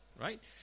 Right